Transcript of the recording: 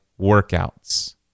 workouts